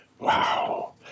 Wow